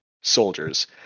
soldiers